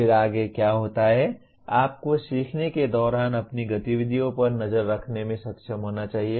फिर आगे क्या होता है आप को सीखने के दौरान अपनी गतिविधियों पर नजर रखने में सक्षम होना चाहिए